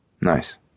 Nice